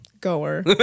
goer